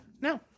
No